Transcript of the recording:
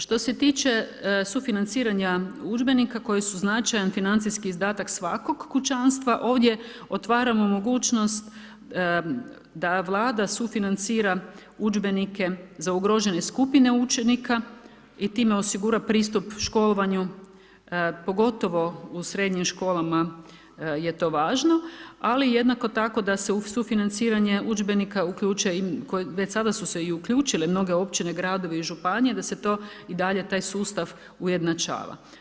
Što se tiče sufinanciranja udžbenika koji su značajan financijski izdatak svakog kućanstva, ovdje otvaramo mogućnost da Vlada sufinancira udžbenike za ugrađene skupine udžbenika i time osigura pristup školovanju pogotovo u srednjim školama je to važno, ali jednako tako da se u sufinanciranje udžbenika uključe, već sada su se uključile mnoge općine, gradovi i županije, da se to i dalje da se taj sustav ujednačava.